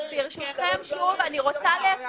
ביקשנו להביא את זה.